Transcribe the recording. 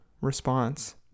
Response